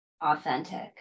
authentic